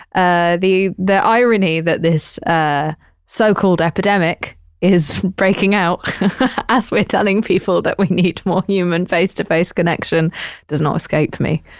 ah the the irony that this ah so-called epidemic is breaking out as we're telling people that we need more human face-to-face connection does not escape me.